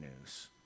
news